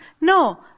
No